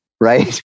right